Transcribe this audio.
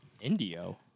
Indio